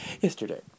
yesterday